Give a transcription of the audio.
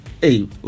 Hey